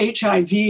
HIV